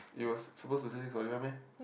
it was suppose to say six forty five meh